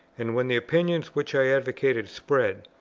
and when the opinions which i advocated spread,